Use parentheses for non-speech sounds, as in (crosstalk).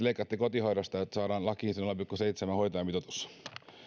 (unintelligible) leikkaatte kotihoidosta että saadaan lakiin se nolla pilkku seitsemän hoitajamitoitus